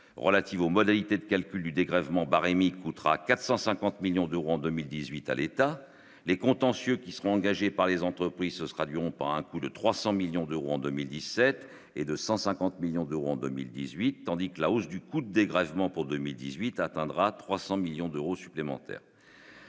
relative aux modalités de calcul du dégrèvement coûtera 450 millions d'euros en 2018 à l'État, les contentieux qui seront engagés par les entreprises, ce sera Lyon par un coût de 300 millions d'euros en 2017 et 250 millions d'euros en 2018 tandis que la hausse du coût dégrèvement pour 2018 atteindra 300 millions d'euros supplémentaires,